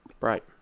Right